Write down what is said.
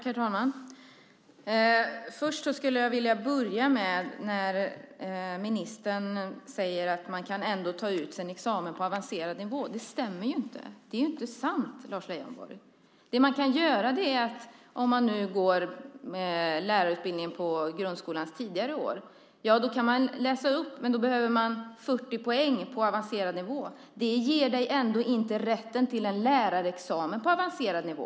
Herr talman! Ministern säger att man ändå kan ta ut sin examen på avancerad nivå. Det stämmer inte. Det är inte sant, Lars Leijonborg. Om man går lärarutbildningen med inriktning mot grundskolans tidiga år kan man läsa upp sig. Men då behöver man 40 poäng på avancerad nivå. Det ger dig ändå inte rätten till en lärarexamen på avancerad nivå.